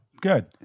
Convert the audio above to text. good